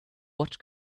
what